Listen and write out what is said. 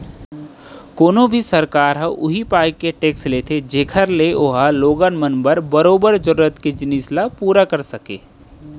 कोनो भी सरकार ह उही पाय के टेक्स लेथे जेखर ले ओहा लोगन मन बर बरोबर जरुरत के जिनिस ल पुरा कर सकय